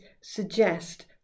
suggest